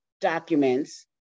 documents